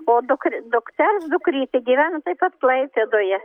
o dukr dukters dukrytė gyvena taip pat klaipėdoje